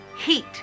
Heat